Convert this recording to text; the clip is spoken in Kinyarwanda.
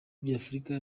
by’afurika